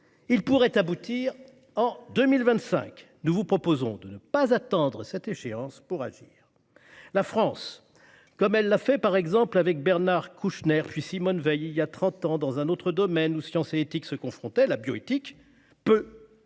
Il pourrait aboutir en 2025. Nous vous proposons de ne pas attendre cette échéance pour agir. La France, comme elle l'a fait avec Bernard Kouchner et Simone Veil voilà trente ans dans un autre domaine où science et éthique se confrontaient- la bioéthique -, peut